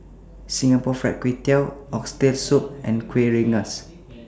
Singapore Fried Kway Tiao Oxtail Soup and Kuih Rengas